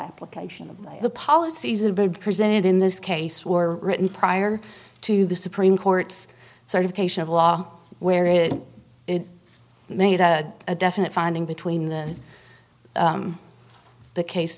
application of the policies a bit presented in this case were written prior to the supreme court's certification of law where it made a definite finding between the the case